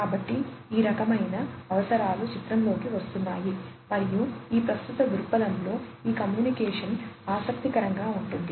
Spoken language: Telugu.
కాబట్టి ఈ రకమైన అవసరాలు చిత్రంలోకి వస్తున్నాయి మరియు ఈ ప్రస్తుత దృక్పథంలో ఈ కమ్యూనికేషన్ ఆసక్తికరంగా ఉంటుంది